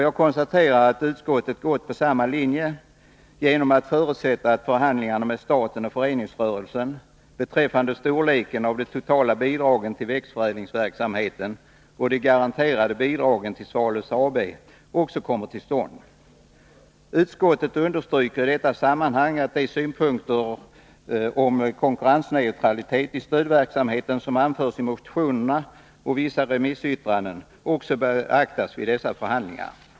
Jag konstaterar att utskottet har gått på samma linje genom att förutsätta att förhandlingarna med staten och föreningsrörelsen beträffande storleken av de totala bidragen till växtförädlingsverksamheten och de garanterade bidragen till Svalöf AB kommer till stånd. Utskottet understryker i detta sammnanhang att de synpunkter om konkurrensneutralitet i stödverksamheten som anförs i motionerna och i vissa remissyttranden också bör beaktas vid dessa förhandlingar.